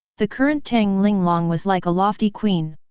the current tang linglong was like a lofty queen.